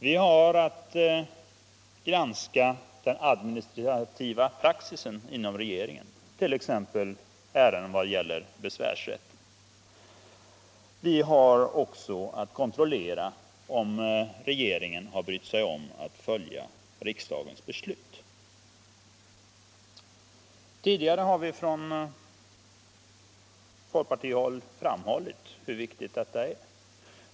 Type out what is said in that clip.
Vi har att granska den administrativa praxisen inom regeringen, t.ex. när det gäller besvärsrätten. Vi har också att kontrollera om regeringen brytt sig om att följa riksdagens beslut. Tidigare har vi från folkpartihåll framhållit hur viktigt detta är.